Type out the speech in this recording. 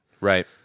Right